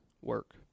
work